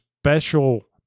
special